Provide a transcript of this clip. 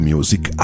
Music